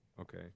Okay